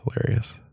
hilarious